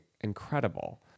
incredible